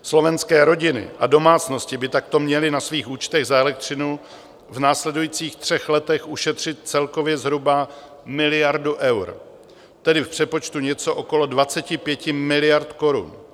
Slovenské rodiny a domácnosti by takto měly na svých účtech za elektřinu v následujících třech letech ušetřit celkově zhruba miliardu eur, tedy v přepočtu něco okolo 25 miliard korun.